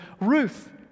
Ruth